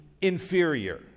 inferior